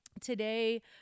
Today